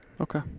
Okay